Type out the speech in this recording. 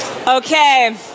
Okay